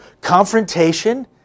confrontation